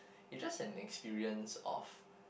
is just an experience of